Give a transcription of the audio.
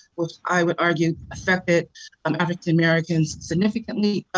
which i would argue affected um african americans significantly.